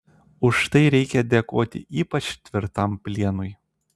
už tai reikia dėkoti ypač tvirtam plienui